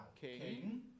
King